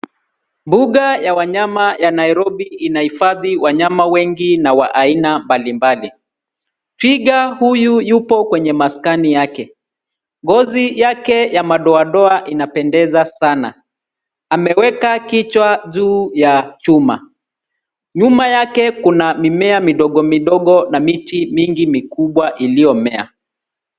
Mbuga ya wanyama ya Nairobi inahifadhi wanyama wengi na wa aina mbalimbali. Twiga huyu yupo kwenye maskani yake. Ngozi yake ya madoadoa inapendeza sana. Ameweka kichwa juu ya chuma. Nyuma yake kuna mimea midogo midogo na miti mingi mikubwa iliyomea.